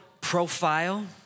profile